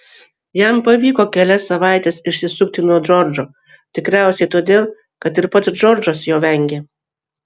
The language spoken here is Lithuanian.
jam pavyko kelias savaites išsisukti nuo džordžo tikriausiai todėl kad ir pats džordžas jo vengė